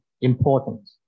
important